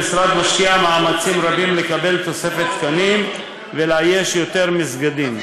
המשרד משקיע מאמצים רבים לקבל תוספת תקנים ולאייש יותר תפקידים במסגדים.